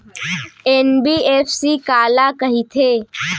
NBFC काला कहिथे?